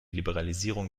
liberalisierung